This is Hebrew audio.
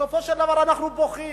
בסופו של דבר אנחנו בוכים.